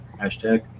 hashtag